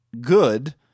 good